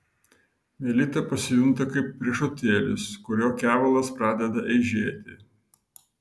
melita pasijunta kaip riešutėlis kurio kevalas pradeda eižėti